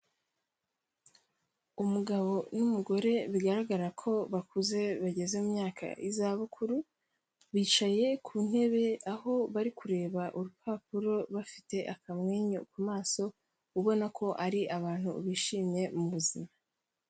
Umugabo n'umugore bigaragara ko bakuze bageze mu myaka y'izabukuru, bicaye ku ntebe aho bari kureba urupapuro bafite akamwenyu ku maso, ubona ko ari abantu bishimye mu buzima.